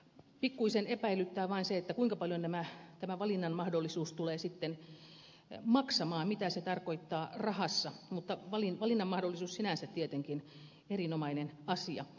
pikkuisen epäilyttää vain se kuinka paljon tämä valinnanmahdollisuus tulee sitten maksamaan mitä se tarkoittaa rahassa mutta valinnanmahdollisuus sinänsä on tietenkin erinomainen asia